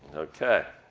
okay,